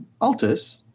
Altus